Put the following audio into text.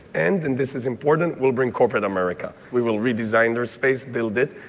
and and this is important. we'll bring corporate america. we will redesign their space, build it,